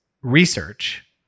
research